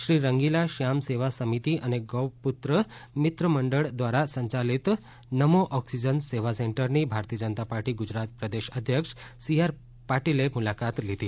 શ્રી રંગીલા શ્યામ સેવા સમિતી અને ગૌ પુત્ર મિત્ર મંડળ દ્વારા સંયાલિત નમો ઓક્સિજન સેવા સેન્ટરની ભારતીય જનતા પાર્ટી ગુજરાત પ્રદેશ અધ્યક્ષ સી આર પાટીલ એ મુલાકાત લીધી